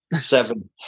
seven